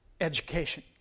education